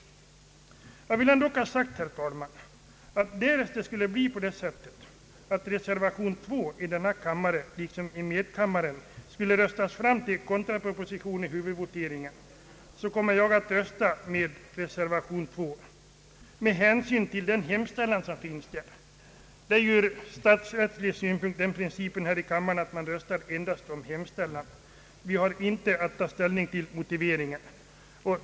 Jag vill ändock ha sagt, herr talman, att därest reservation 2 i denna kammare liksom i medkammaren skulle röstas fram till kontraproposition i huvudvoteringen, kommer jag att rösta för denna med hänsyn till hemställan 1 reservationen. Det är ju en statsrättslig princip här i kammaren att man röstar endast för hemställan — vi har inte att ta ställning till motiveringen.